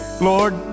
Lord